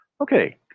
okay